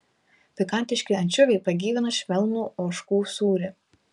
pikantiški ančiuviai pagyvina švelnų ožkų sūrį